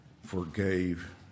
forgave